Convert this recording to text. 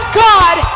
god